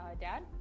Dad